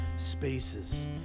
spaces